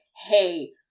hey